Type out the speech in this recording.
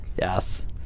Yes